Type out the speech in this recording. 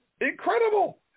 incredible